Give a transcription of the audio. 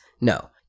No